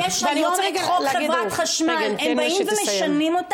אז כל הדברים שאתם אומרים, אנחנו שומעים אותם משם.